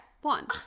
One